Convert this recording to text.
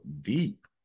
deep